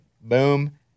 Boom